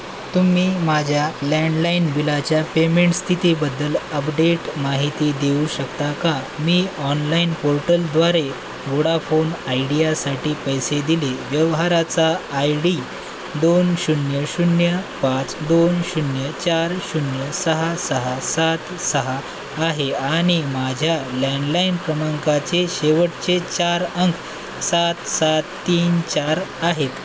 तुम्ही माझ्या लँडलाईन बिलाच्या पेमेंट स्थितीबद्दल अपडेट माहिती देऊ शकता का मी ऑनलाईन पोर्टलद्वारे वोडाफोन आयडियासाठी पैसे दिले व्यवहाराचा आय डी दोन शून्य शून्य पाच दोन शून्य चार शून्य सहा सहा सात सहा आहे आणि माझ्या लँडलाईन क्रमांकाचे शेवटचे चार अंक सात सात तीन चार आहेत